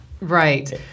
Right